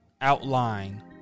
Outline